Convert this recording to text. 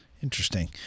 Interesting